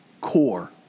core